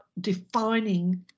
defining